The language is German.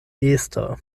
ester